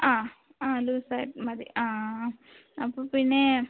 ആ ആ ലൂസായിട്ട് മതി ആ അപ്പോൾപ്പിന്നെ